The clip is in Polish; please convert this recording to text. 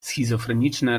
schizofreniczne